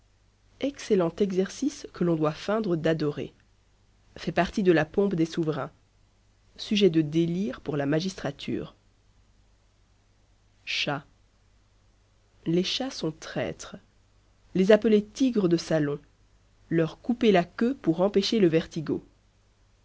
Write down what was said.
excellent exercice que l'on doit feindre d'adorer fait partie de la pompe des souverains sujet de délire pour la magistrature chat les chats sont traîtres les appeler tigres de salon leur couper la queue pour empêcher le vertigo